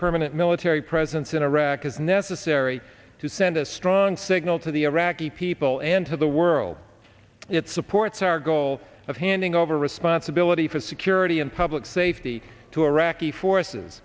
permanent military presence in iraq is necessary to send a strong signal to the iraqi people and to the world it supports our goal of handing over responsibility for security and public safety to iraqi forces